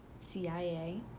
CIA